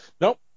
Nope